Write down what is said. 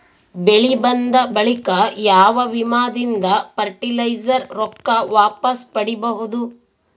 ಬೆಳಿ ಬಂದ ಬಳಿಕ ಯಾವ ವಿಮಾ ದಿಂದ ಫರಟಿಲೈಜರ ರೊಕ್ಕ ವಾಪಸ್ ಪಡಿಬಹುದು?